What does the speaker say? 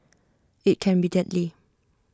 IT can be deadly